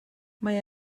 mae